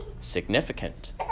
significant